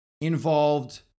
involved